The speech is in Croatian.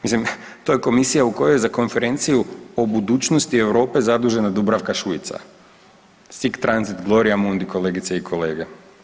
Mislim to je komisija u kojoj za konferenciju o budućnosti Europe zadužena Dubravka Šuica, sic transit gloria mundi kolegice i kolege.